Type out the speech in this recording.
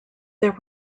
there